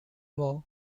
war